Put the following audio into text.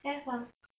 该换